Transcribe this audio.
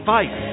Fight